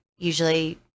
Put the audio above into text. usually